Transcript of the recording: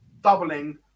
doubling